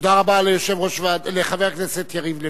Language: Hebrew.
תודה רבה לחבר הכנסת יריב לוין.